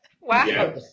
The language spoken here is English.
Wow